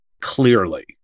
clearly